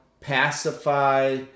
pacify